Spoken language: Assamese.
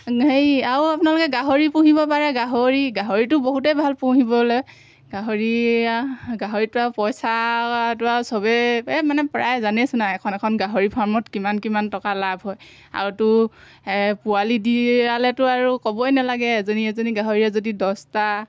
হেৰি আৰু আপোনালোকে গাহৰি পুহিব পাৰে গাহৰি গাহৰিটো বহুতেই ভাল পুহিবলৈ গাহৰি এয়া গাহৰিটো আৰু পইচাটো আৰু চবেই এই মানে প্ৰায় জানেইচোন আৰু এখন এখন গাহৰি ফাৰ্মত কিমান কিমান টকা লাভ হয় আৰুতো পোৱালি দিয়ালেতো আৰু ক'বই নালাগে এজনী এজনী গাহৰিয়ে যদি দহটা